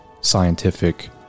scientific